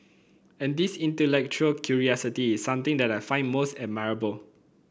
and this intellectual curiosity is something that I find most admirable